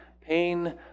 pain